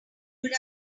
would